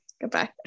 Goodbye